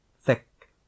thick